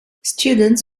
students